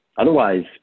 Otherwise